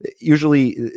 usually